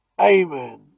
Amen